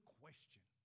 question